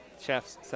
chefs